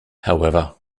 however